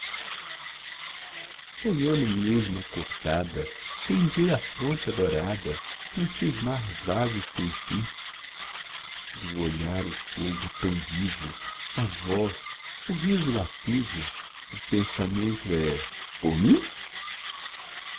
sonhando mesmo acordada pendida a fronte adorada num cismar vago e sem fim do olhar o fogo tão vivo a voz o riso lascivo o pensamento é por mim